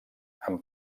amb